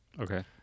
Okay